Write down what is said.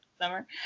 summer